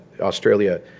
Australia